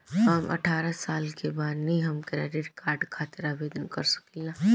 हम अठारह साल के बानी हम क्रेडिट कार्ड खातिर आवेदन कर सकीला?